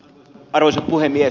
arvoisa puhemies